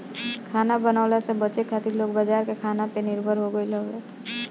खाना बनवला से बचे खातिर लोग बाजार के खाना पे निर्भर हो गईल हवे